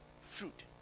fruit